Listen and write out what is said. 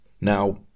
Now